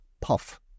Puff